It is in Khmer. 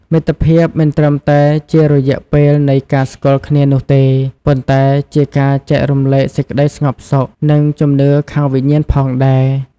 មិត្តភាពមិនត្រឹមតែជារយៈពេលនៃការស្គាល់គ្នានោះទេ ប៉ុន្តែជាការចែករំលែកសេចក្ដីស្ងប់សុខ និងជំនឿខាងវិញ្ញាណផងដែរ។